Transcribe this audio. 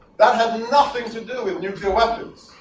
that had nothing to do with nuclear weapons.